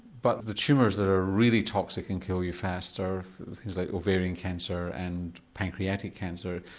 but the tumours that are really toxic and kill you faster are things like ovarian cancer and pancreatic cancer.